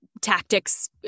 tactics